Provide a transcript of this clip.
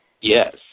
Yes